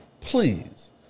Please